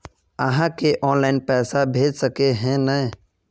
आहाँ के ऑनलाइन पैसा भेज सके है नय?